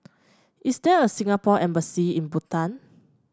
is there a Singapore Embassy in Bhutan